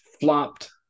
flopped